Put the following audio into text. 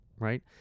Right